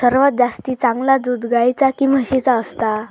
सर्वात जास्ती चांगला दूध गाईचा की म्हशीचा असता?